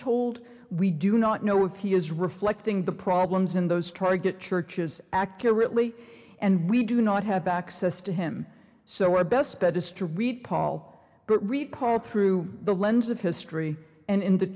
told we do not know if he is reflecting the problems in those target church is accurate and we do not have access to him so a best bet is to read paul but read part through the lens of history and in the